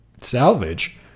Salvage